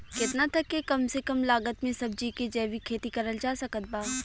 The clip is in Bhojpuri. केतना तक के कम से कम लागत मे सब्जी के जैविक खेती करल जा सकत बा?